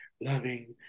loving